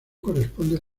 corresponde